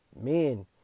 Men